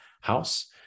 house